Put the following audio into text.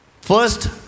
First